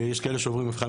המדינה נותנת